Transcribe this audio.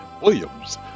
Williams